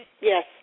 Yes